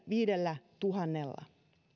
viidellätuhannella